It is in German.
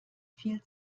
viel